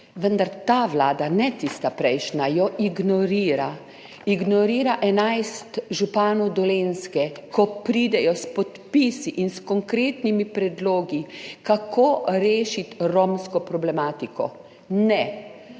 Vendar ta vlada, ne tista prejšnja jo ignorira. Ignorira 11 županov Dolenjske, ko pridejo s podpisi in s konkretnimi predlogi kako rešiti romsko problematiko. Ne,